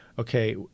okay